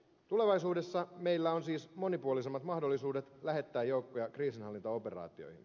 tulevaisuudessa meillä on siis monipuolisemmat mahdollisuudet lähettää joukkoja kriisinhallintaoperaatioihin